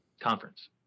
conference